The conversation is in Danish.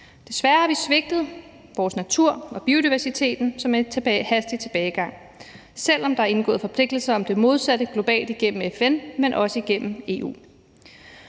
Desværre har vi svigtet vores natur og biodiversiteten, som er i hastig tilbagegang, selv om der er indgået forpligtelser om det modsatte globalt igennem FN og også igennem EU.